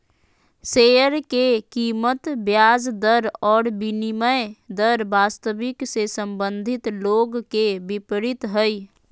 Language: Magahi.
शेयर के कीमत ब्याज दर और विनिमय दर वास्तविक से संबंधित लोग के विपरीत हइ